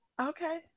Okay